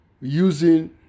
using